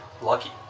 lucky